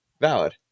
valid